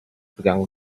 begangen